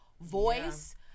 voice